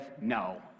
no